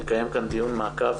נקיים כאן דיון מעקב